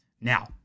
Now